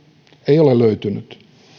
ei ole löytynyt